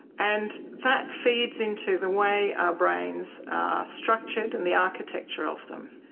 and that feeds into the way our brains are structured and the architecture of them.